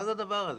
מה זה הדבר הזה?